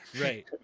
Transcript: right